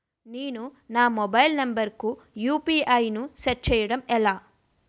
నేను నా mobile number కుయు.పి.ఐ ను సెట్ చేయడం ఎలా?